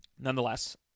nonetheless